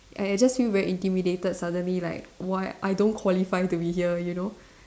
I I just feel very intimidated suddenly like why I don't qualify to be here you know